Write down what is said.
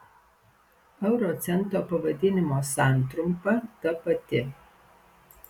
euro cento pavadinimo santrumpa ta pati